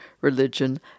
religion